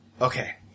Okay